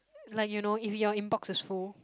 like you know if your inbox is full